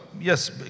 yes